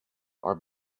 are